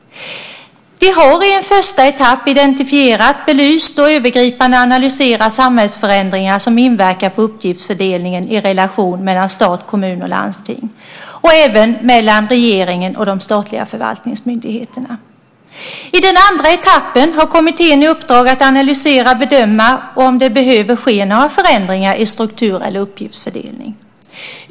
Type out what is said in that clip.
Den har i en första etapp identifierat, belyst och övergripande analyserat samhällsförändringar som inverkar på uppgiftsfördelningen i relation mellan stat, kommun och landsting och även mellan regeringen och de statliga förvaltningsmyndigheterna. I den andra etappen har kommittén i uppdrag att analysera och bedöma om det behöver ske några förändringar i struktur eller uppgiftsfördelning.